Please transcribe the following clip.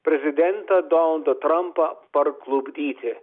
prezidentą donalda trampą parklupdyti